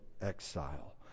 exile